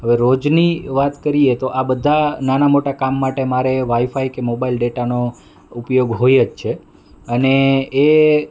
હવે રોજની વાત કરીએ તો આ બધાં નાનાં મોટાં કામ માટે મારે વાઇફાઇ કે મોબાઈલ ડેટાનો ઉપયોગ હોય જ છે અને એ